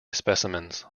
specimens